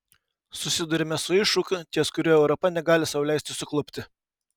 susiduriame su iššūkiu ties kuriuo europa negali sau leisti suklupti